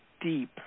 deep